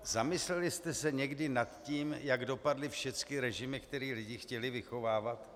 Zamysleli jste se někdy nad tím, jak dopadly všechny režimy, které lidi chtěli vychovávat.